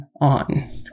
on